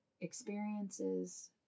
experiences